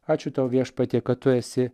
ačiū tau viešpatie kad tu esi